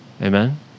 Amen